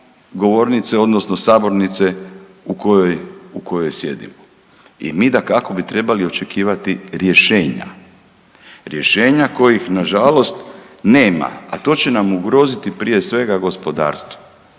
govornice odnosno sabornice u kojoj sjedimo i mi dakako bi trebali očekivati rješenja, rješenja kojih na žalost nema. A to će nam ugroziti prije svega gospodarstvo